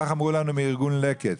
כך אמרו לנו מארגון "לקט".